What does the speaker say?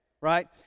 right